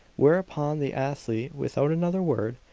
whereupon the athlete, without another word,